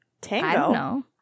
Tango